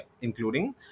including